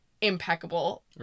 impeccable